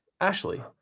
Ashley